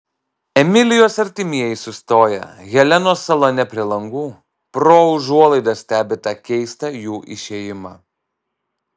emilijos artimieji sustoję helenos salone prie langų pro užuolaidas stebi tą keistą jų išėjimą